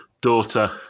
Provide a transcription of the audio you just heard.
daughter